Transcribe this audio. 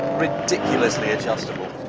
ridiculously adjustable.